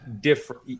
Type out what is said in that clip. different